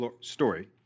story